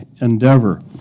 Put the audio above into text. endeavor